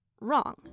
wrong